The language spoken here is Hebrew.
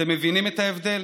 אתם מבינים את ההבדל?